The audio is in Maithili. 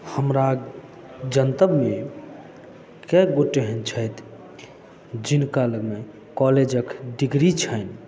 हमरा जनतव्य अइ कएक गोटे एहन छथि जिनका लगमे कॉलेज क डिग्री छनि